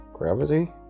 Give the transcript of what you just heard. Gravity